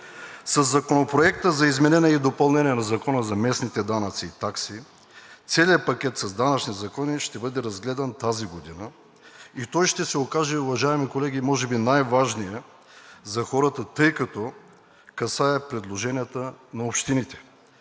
Със Законопроекта за изменение и допълнение на Закона за местните данъци и такси целият пакет с данъчни закони ще бъде разгледан тази година и той ще се окаже, уважаеми колеги, може би най-важният за хората, тъй като касае предложенията на общините.